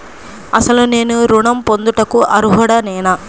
అసలు నేను ఋణం పొందుటకు అర్హుడనేన?